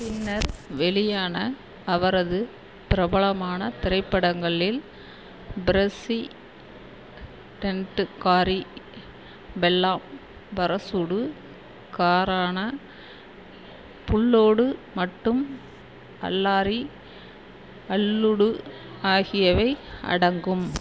பின்னர் வெளியான அவரது பிரபலமான திரைப்படங்களில் ப்ரஸ்ஸிடெண்ட்டுக்காரி பெல்லா பரசுடு காரன புள்ளோடு மட்டும் அல்லாரி அல்லுடு ஆகியவை அடங்கும்